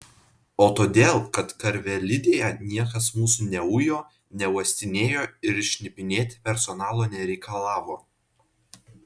o todėl kad karvelidėje niekas mūsų neujo neuostinėjo ir šnipinėti personalo nereikalavo